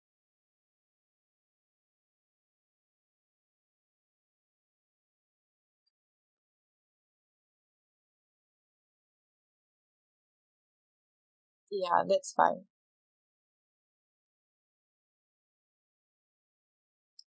ya that's fine